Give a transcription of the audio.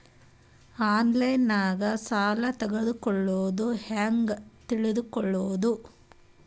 ಆನ್ಲೈನಾಗ ಸಾಲ ತಗೊಳ್ಳೋದು ಹ್ಯಾಂಗ್ ತಿಳಕೊಳ್ಳುವುದು?